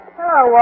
Hello